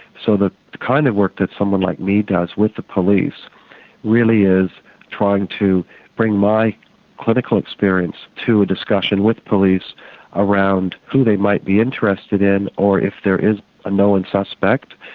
so the kind of work that someone like me does with the police really is trying to bring my clinical experience to a discussion with police around who they might be interested in or if there is a known suspect,